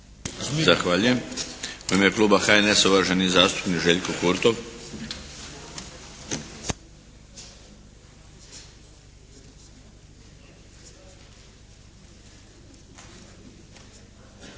Zahvaljujem. U ime kluba HNS-a, uvaženi zastupnik Željko Kurtov.